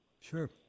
Sure